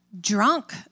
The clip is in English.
drunk